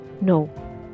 No